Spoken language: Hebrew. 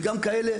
וגם כאלה,